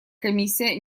комиссия